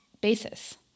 basis